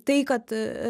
tai kad